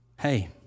hey